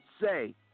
say